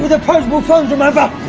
but opposable thumbs, remember?